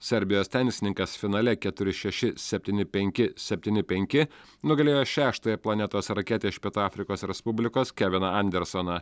serbijos tenisininkas finale keturi šeši septyni penki septyni penki nugalėjo šeštąją planetos raketę iš pietų afrikos respublikos keviną andersoną